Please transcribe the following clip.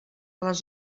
les